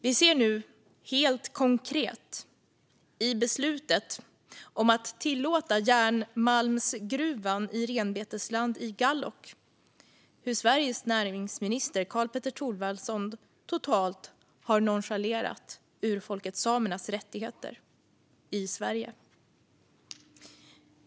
Vi ser nu helt konkret i beslutet om att tillåta järnmalmsgruvan i renbetesland i Gállok hur Sveriges näringsminister Karl-Petter Thorwaldsson totalt har nonchalerat urfolket samernas rättigheter i Sverige.